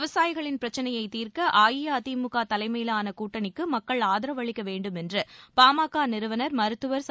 விவசாயிகளின் பிரச்னையைத் தீர்க்க அஇஅதிமுக தலைமையிலான கூட்டணிக்கு மக்கள் ஆதரவு அளிக்க வேண்டும் என்று பா ம க நிறுவனர் மருத்துவர் ச